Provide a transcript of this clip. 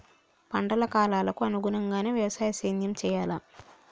పంటల కాలాలకు అనుగుణంగానే వ్యవసాయ సేద్యం చెయ్యాలా?